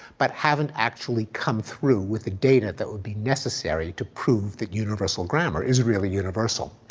but haven't actually come through with the data that would be necessary to prove that universal grammar is really universal.